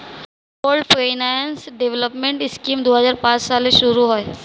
pooled finance development scheme দুই হাজার পাঁচ সালে শুরু হয়